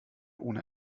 ohne